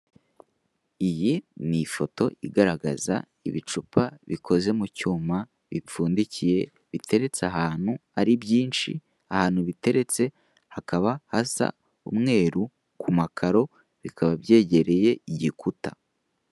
Iyi ni ifoto igaragaza ibicupa bikoze mu cyuma, bipfundikiye, biteretse ahantu ari byinshi, ahantu biteretse hakaba hasa umweru, ku makaro, bikaba byegereye igikuta.